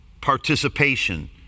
participation